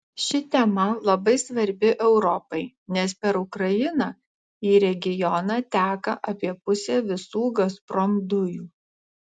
ši tema labai svarbi europai nes per ukrainą į regioną teka apie pusę visų gazprom dujų